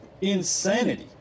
insanity